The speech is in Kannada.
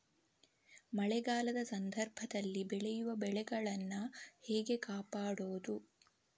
ಮಳೆಗಾಲದ ಸಂದರ್ಭದಲ್ಲಿ ಬೆಳೆಯುವ ಬೆಳೆಗಳನ್ನು ಹೇಗೆ ಕಾಪಾಡೋದು?